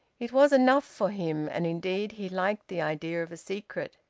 it was enough for him, and indeed he liked the idea of a secret.